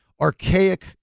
archaic